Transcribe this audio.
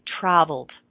traveled